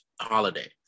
holiday